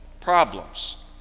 Problems